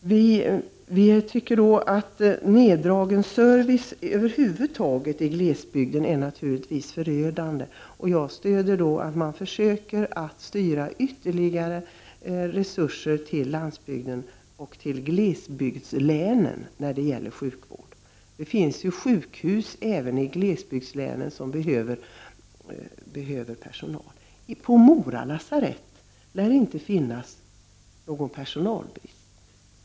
Vi anser att en neddragning av servicen i glesbygden är förödande. Jag stöder därför kravet på att ytterligare sjukvårdsresurser styrs över till landsbygden och glesbygdslänen. Det finns ju även i glesbygdslänen sjukhus som behöver personal. På Mora lasarett lär det inte vara någon personalbrist.